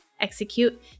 execute